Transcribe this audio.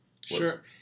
Sure